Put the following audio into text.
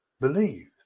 believe